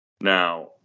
Now